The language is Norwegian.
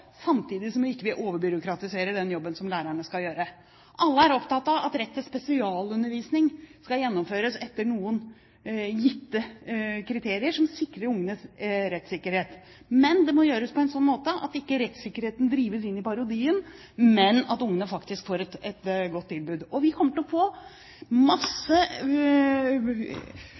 samtidig som vi ikke overbyråkratiserer den jobben som lærerne skal gjøre? Alle er opptatt av at rett til spesialundervisning skal gjennomføres etter noen gitte kriterier som sikrer ungenes rettssikkerhet. Det må gjøres på en slik måte at rettssikkerheten ikke drives inn i parodien, men at ungene faktisk får et godt tilbud. Vi kommer til å få masse